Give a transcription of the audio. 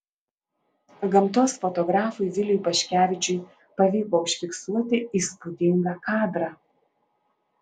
gamtos fotografui viliui paškevičiui pavyko užfiksuoti įspūdingą kadrą